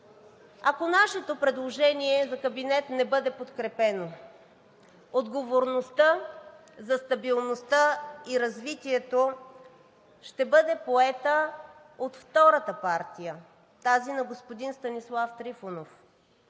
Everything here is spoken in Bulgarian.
Ако нашето предложение за кабинет не бъде подкрепено, отговорността за стабилността и развитието ще бъде поета от втората партия – тази на господин Станислав Трифонов,